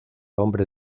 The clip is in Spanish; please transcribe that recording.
hombre